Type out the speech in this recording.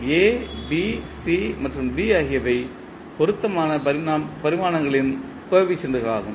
A B C மற்றும் D ஆகியவை பொருத்தமான பரிமாணங்களின் கோஎபிசியன்ட்களாகும்